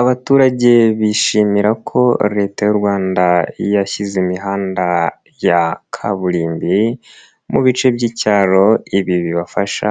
Abaturage bishimira ko Leta y'u Rwanda yashyize imihanda ya kaburimbi mu bice by'icyaro, ibi bibafasha